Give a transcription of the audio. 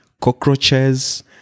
cockroaches